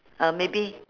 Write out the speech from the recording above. uh maybe